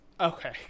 Okay